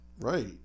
right